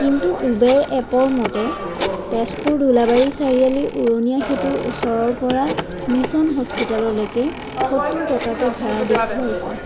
কিন্তু উবেৰ এপৰ মতে তেজপুৰ দোলাবাৰী চাৰিআলিৰ উৰণীয়া সেতুৰ ওচৰৰ পৰা মিছন হস্পিটেললৈকে সত্তৰ টকাকৈ ভাড়া দেখোৱাইছে